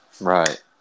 Right